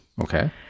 Okay